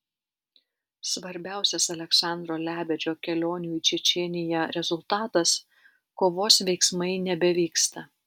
svarbiausias aleksandro lebedžio kelionių į čečėniją rezultatas kovos veiksmai nebevyksta